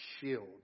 shield